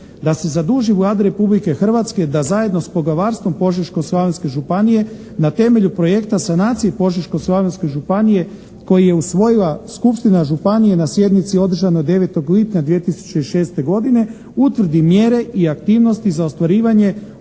da se zaduži Vlada Republike Hrvatske da zajedno sa Poglavarstvom Požeško-slavonske županije na temelju projekta sanacije Požeško-slavonske županije koji je usvojila skupština županije na sjednici održanoj 09. lipnja 2006. godine utvrdi mjere i aktivnosti za ostvarivanje